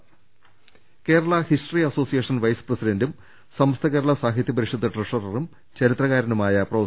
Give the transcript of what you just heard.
ചരമഠ Kerala history association vice പ്രസിഡന്റും സമസ്ത കേരള സാഹിത്യ പരിഷത്ത് ട്രഷററും ചരിത്രകാരനു മായ പ്രൊഫ